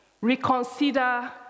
reconsider